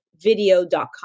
video.com